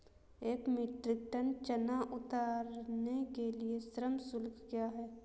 एक metric ton चना उतारने के लिए श्रम शुल्क क्या है?